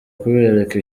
kubereka